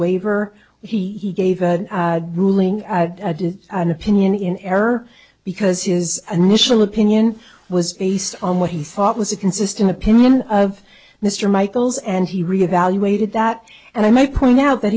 waiver when he gave a ruling an opinion in error because he is an initial opinion was based on what he thought was a consistent opinion of mr michaels and he reevaluated that and i might point out that